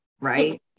right